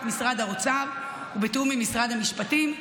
משרד האוצר ובתיאום עם משרד המשפטים,